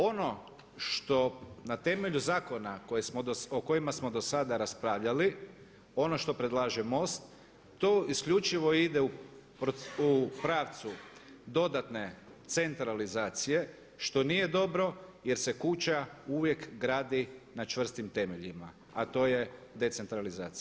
Ono što na temelju zakona o kojima smo dosada raspravljali, ono što predlaže MOST to isključivo ide u pravcu dodatne centralizacije što nije dobro jer se kuća uvijek gradi na čvrstim temeljima a to je decentralizacija.